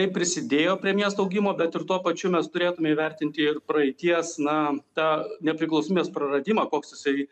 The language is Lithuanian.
tai prisidėjo prie miesto augimo bet ir tuo pačiu mes turėtume įvertinti ir praeities na tą nepriklausomybės praradimą koks jisai